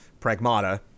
Pragmata